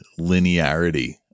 linearity